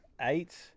eight